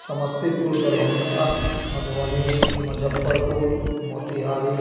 Samastipur Darbhanga Madhubani Muzaffarpur Motihari